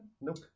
Nope